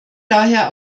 daher